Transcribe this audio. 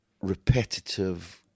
repetitive